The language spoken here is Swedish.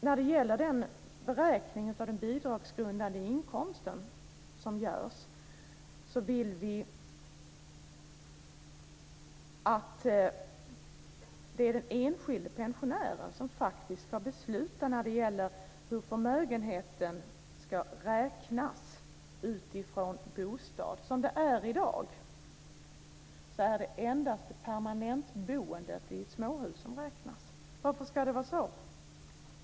När det gäller den beräkning av den bidragsgrundande inkomsten som görs vill vi att den enskilda pensionären själv ska besluta hur förmögenheten ska räknas när det gäller bostaden. Som det är i dag är det endast permanentboende i ett småhus som räknas. Varför ska det vara så?